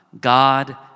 God